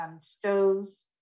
stoves